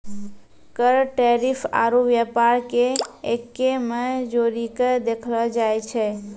कर टैरिफ आरू व्यापार के एक्कै मे जोड़ीके देखलो जाए छै